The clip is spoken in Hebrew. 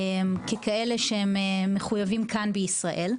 ככאלה שהם מחויבים כאן בישראל.